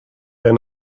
dig